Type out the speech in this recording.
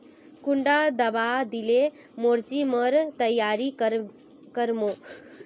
कुंडा दाबा दिले मोर्चे पर तैयारी कर मो?